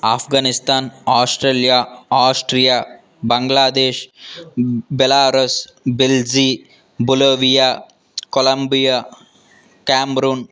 Afghanistan Australia Austria Bangladesh Belarus Belgium Bolivia Colombia Cameroon